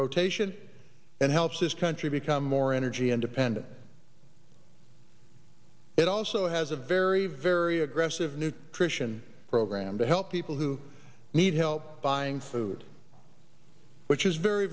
rotation and helps this country become more energy independent it also has a very very aggressive nutrition program to help people who need help buying food which is very